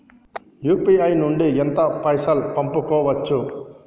UPI నుండి ఎంత పైసల్ పంపుకోవచ్చు?